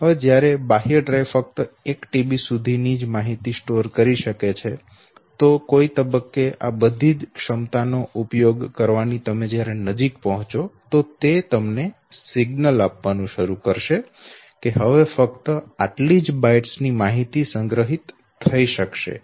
હવે જ્યારે બાહ્ય ડ્રાઇવ ફક્ત 1 TB સુધી ની માહિતી સ્ટોર કરી શકે છે જ્યારે તમે કોઈ તબક્કે આ બધી જ ક્ષમતા નો ઉપયોગ કરવાની નજીક પહોંચો તો તે તમને સિગ્નલ આપવાનું શરૂ કરે છે કે હવે ફક્ત આટલી જ બાઇટ્સ ની માહિતી સંગ્રહિત કરી શકાશે છે